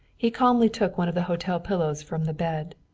he calmly took one of the hotel pillows from the bed.